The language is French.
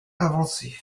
avancée